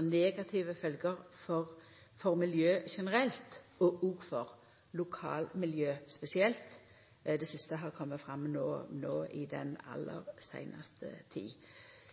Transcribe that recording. negative følgjer for miljøet generelt og for lokalmiljøet spesielt, det siste har kome fram den aller seinaste